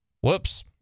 Whoops